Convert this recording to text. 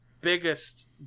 biggest